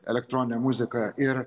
elektroninę muziką ir